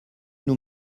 nous